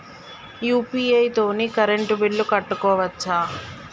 UPI తోని current bill కట్టుకోవచ్ఛా?